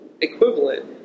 equivalent